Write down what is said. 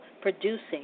producing